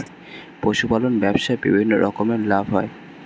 পশুপালন ব্যবসায় বিভিন্ন রকমের লাভ হয়